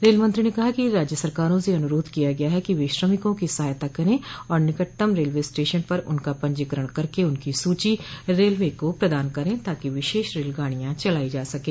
रेलमंत्री ने कहा कि राज्य सरकारों से अनुरोध किया गया है कि वे श्रमिकों की सहायता करें और निकटतम रेलवे स्टेशन पर उनका पंजीकरण करके उनकी सूची रेलवे को प्रदान करें ताकि विशेष रेलगाड़ियां चलाई जा सकें